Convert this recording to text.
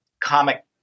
comic